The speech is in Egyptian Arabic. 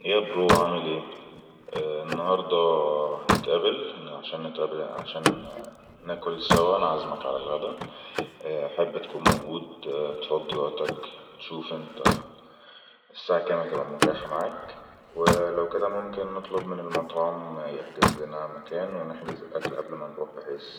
يا برو عامل ايه النهار ده هنتقابل هن -عشان نتقابل عشان نكل سوا عازمك على الغدا حب تكون موجود تفضي وقتك وتشوف انت الساعة كم هيتبأه متاحة معك ولو كده ممكن نطلب من المطعم يحجز لنا مكان و نحجز الأكل قبل ما نروح بحيث